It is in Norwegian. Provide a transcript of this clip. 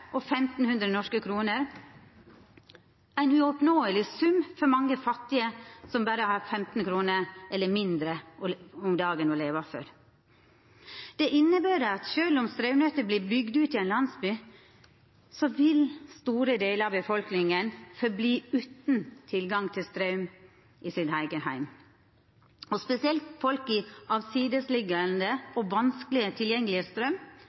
og 1 500 norske kroner, ein uoppnåeleg sum for mange fattige, som berre har 15 kr eller mindre om dagen å leva for. Det inneber at sjølv om straumnettet vert bygd ut i ein landsby, vil store delar av befolkninga vera utan tilgang til straum i eigen heim. Spesielt folk i